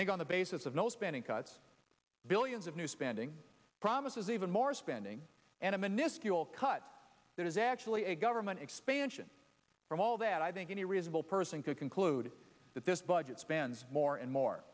think on the basis of no spending cuts billions of new spending promises even more spending and a miniscule cut that is actually a government expansion from all that i think any reasonable person could conclude that this budget spends more and more